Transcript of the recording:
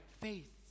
faith